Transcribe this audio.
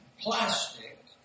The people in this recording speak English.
plastic